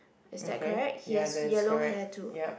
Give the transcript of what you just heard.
is that correct he has yellow hair too